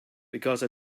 because